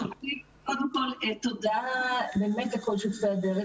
קודם כל תודה באמת לכל שותפי הדרך.